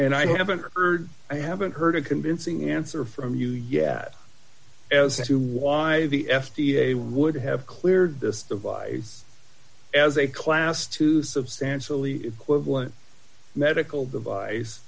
and i haven't heard i haven't heard a convincing answer from you yet as to why the f d a would have cleared this device as a class two substantially equivalent medical devi